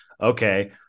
okay